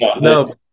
No